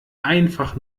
einfach